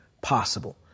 possible